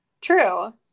True